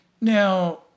Now